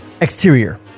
Exterior